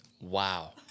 Wow